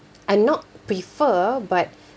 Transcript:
I'm not prefer but